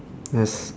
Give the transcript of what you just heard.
yes